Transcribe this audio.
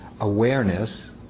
awareness